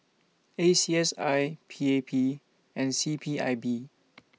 A C S I P A P and C P I B